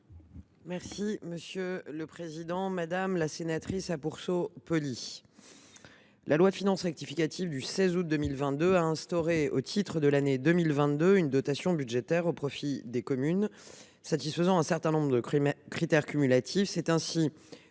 Mme la ministre déléguée. Madame la sénatrice Apourceau Poly, la loi de finances rectificative du 16 août 2022 a instauré, au titre de l’année 2022, une dotation budgétaire au profit des communes satisfaisant un certain nombre de critères cumulatif